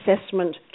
assessment